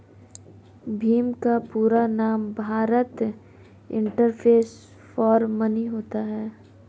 भीम का पूरा नाम भारत इंटरफेस फॉर मनी होता है